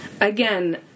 Again